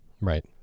Right